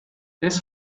this